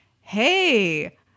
hey